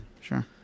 sure